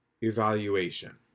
evaluation